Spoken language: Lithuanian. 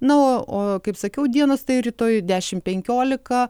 na o kaip sakiau dienos tai rytoj dešim penkiolika